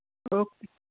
okay